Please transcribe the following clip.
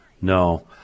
No